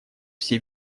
все